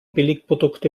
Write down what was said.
billigprodukte